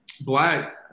black